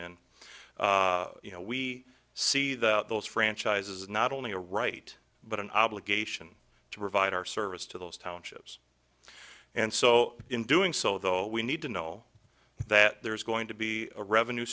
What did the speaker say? in you know we see the those franchises not only a right but an obligation to provide our service to those townships and so in doing so though we need to know that there is going to be a revenue